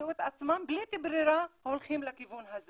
ימצאו את עצמם בלית ברירה הולכים לכיוון הזה